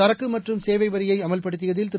சரக்குமற்றும் சேவைவரியைஅமல்படுத்தியதில் திரு